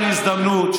הזדמנות,